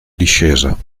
discesa